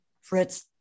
fritz